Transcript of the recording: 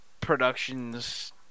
Productions